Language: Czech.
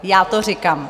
Já to říkám.